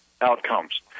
outcomes